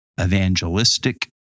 evangelistic